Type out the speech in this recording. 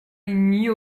knew